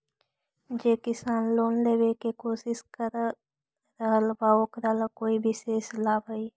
जे किसान लोन लेवे के कोशिश कर रहल बा ओकरा ला कोई विशेष लाभ हई?